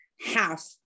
half